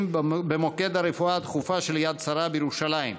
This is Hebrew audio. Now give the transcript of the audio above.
במוקד הרפואה הדחופה של יד שרה בירושלים.